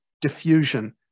diffusion